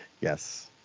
Yes